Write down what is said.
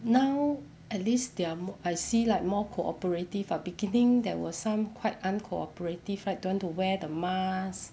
now at least they are I see like more cooperative lah beginning there were some quite uncooperative right don't want to wear the mask